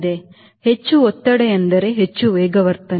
ಹೆಚ್ಚು ಒತ್ತಡ ಎಂದರೆ ಹೆಚ್ಚು ವೇಗವರ್ಧನೆ